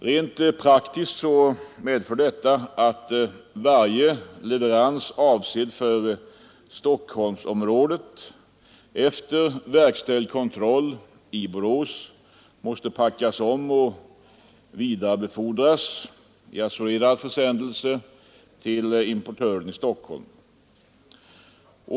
Rent praktiskt medför det att varje leverans avsedd för Stockholmsområdet efter verkställd kontroll i Borås måste packas om och vidarebefordras i assurerad försändelse till importören i Stockholm.